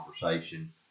conversation